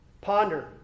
Ponder